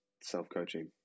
self-coaching